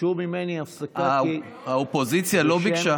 ביקשו ממני הפסקה כי, האופוזיציה לא ביקשה.